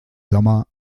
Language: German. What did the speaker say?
sommer